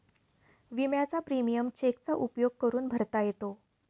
विम्याचा प्रीमियम चेकचा उपयोग करून भरता येतो